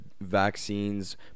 vaccines